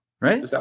Right